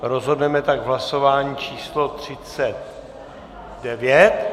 Rozhodneme tak v hlasování číslo třicet devět.